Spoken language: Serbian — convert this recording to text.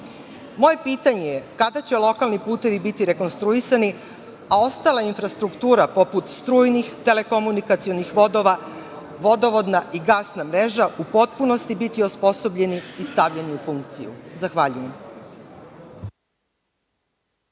pitanje je – kada će lokalni putevi biti rekonstruisani, a ostala infrastruktura, poput strujnih, telekomunikacionih vodova, vodovodna i gasna mreža u potpunosti biti osposobljeni i stavljeni u funkciju? Zahvaljujem.